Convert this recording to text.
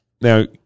Now